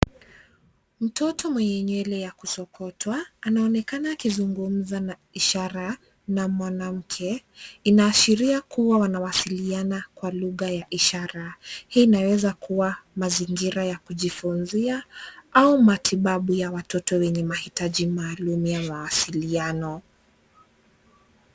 Mtoto wenye nywele ya kusokotwa, anaonekana akizungumza na ishara na mwanamke. Inaashiria kuwa wanawasiliana kwa lugha ya ishara. Hii inaweza kuwa mazingira ya kujifunzia au matibabu ya watoto wenye mahitaji maalum ya mawasiliano.